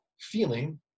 feeling